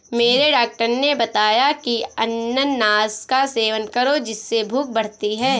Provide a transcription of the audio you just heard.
मेरे डॉक्टर ने बताया की अनानास का सेवन करो जिससे भूख बढ़ती है